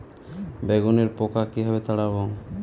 বেগুনের পোকা কিভাবে তাড়াব?